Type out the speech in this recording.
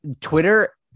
Twitter